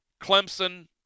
Clemson